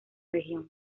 región